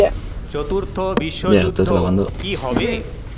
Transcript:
চতুর্থ বিশ্বযুদ্ধ কি হবে